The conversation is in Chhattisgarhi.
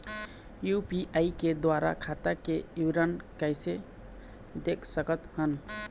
यू.पी.आई के द्वारा खाता के विवरण कैसे देख सकत हन?